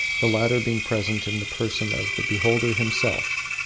the latter being present in the person of the beholder himself.